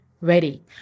ready